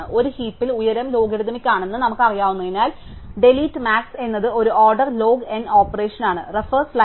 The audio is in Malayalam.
ഒരു ഹീപിൽ ഉയരം ലോഗരിഥമിക് ആണെന്ന് നമുക്കറിയാവുന്നതിനാൽ ഡിലീറ്റ് മാക്സ് എന്നത് ഒരു ഓർഡർ ലോഗ് N ഓപ്പറേഷൻ ആണ്